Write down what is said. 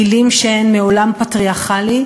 מילים שהן מעולם פטריארכלי,